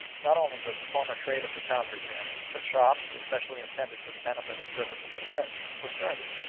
not only was the former trade of the town resumed, but shops, especially intended for the benefit and service of the french, were started.